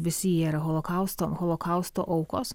visi jie yra holokausto holokausto aukos